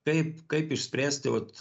kaip kaip išspręsti ot